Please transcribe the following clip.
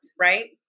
right